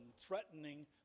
threatening